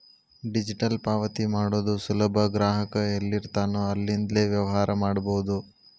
digital ಪಾವತಿ ಮಾಡೋದು ಸುಲಭ ಗ್ರಾಹಕ ಎಲ್ಲಿರ್ತಾನೋ ಅಲ್ಲಿಂದ್ಲೇ ವ್ಯವಹಾರ ಮಾಡಬೋದು